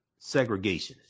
segregationists